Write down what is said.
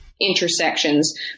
intersections